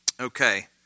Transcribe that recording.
Okay